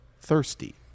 Thirsty